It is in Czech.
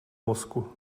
mozku